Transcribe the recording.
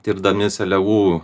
tirdami seliavų